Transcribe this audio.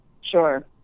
sure